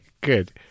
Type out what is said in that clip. good